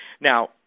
now